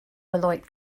beloit